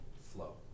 flow